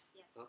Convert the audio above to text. yes